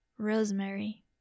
rosemary